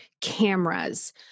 cameras